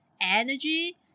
energy